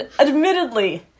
admittedly